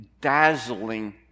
dazzling